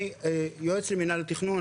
אני יועץ למינהל התכנון,